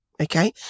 Okay